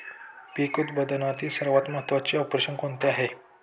पीक उत्पादनातील सर्वात महत्त्वाचे ऑपरेशन कोणते आहे?